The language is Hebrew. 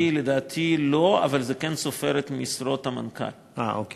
לדעתי לא, אבל זה כן סופר את משרות האמון